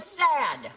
sad